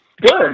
Good